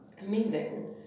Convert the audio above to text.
Amazing